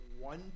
one